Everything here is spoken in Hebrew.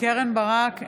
קרן ברק,